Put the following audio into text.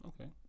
Okay